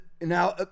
now